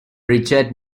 richard